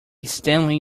stanley